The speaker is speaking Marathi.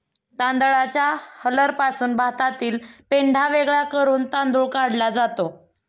तांदळाच्या हलरपासून भातातील पेंढा वेगळा करून तांदूळ काढला जातो